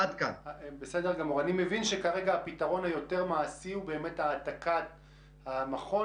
אני מבין שכרגע הפתרון היותר מעשי הוא העתקת המכון